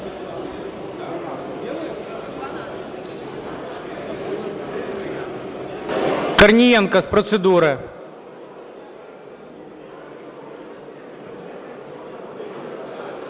Корнієнко – з процедури.